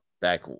back